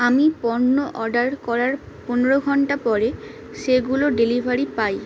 আমি পণ্য অর্ডার করার পনেরো ঘন্টা পরে সেগুলো ডেলিভারি পাই